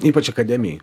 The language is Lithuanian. ypač akademijoj